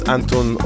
Anton